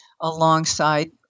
alongside